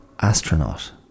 astronaut